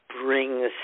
brings